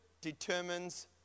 determines